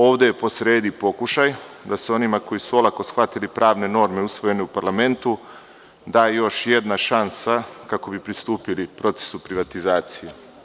Ovde je po sredi pokušaj da se onima koji su olako shvatili pravne norme usvojene u parlamentu da još jedna šansa kako bi pristupili procesu privatizacije.